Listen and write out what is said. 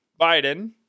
Biden